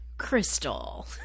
Crystal